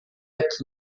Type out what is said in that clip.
aqui